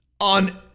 on